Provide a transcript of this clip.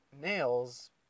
nails